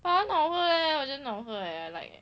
but 很好喝 leh 我觉得很好喝 leh like